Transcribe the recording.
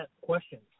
questions